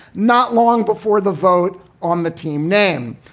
not long before the vote on the team name.